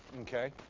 Okay